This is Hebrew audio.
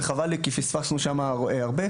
וחבל לי כי פספסנו שם הרבה.